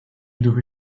duchy